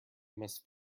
must